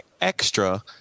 extra